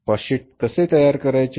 cost sheet कसे तयार करायचे